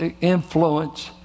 influence